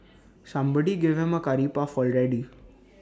somebody give him A Curry puff already